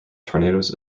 tornadoes